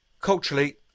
culturally